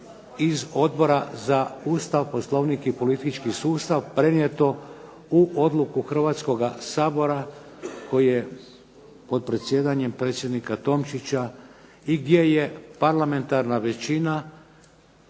iz Odbora za Ustav, poslovnik i politički sustav prenijeto u odluku Hrvatskoga sabora koji je pod predsjedanjem predsjednika Tomčića i gdje je parlamentarna većina,